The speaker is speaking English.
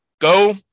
go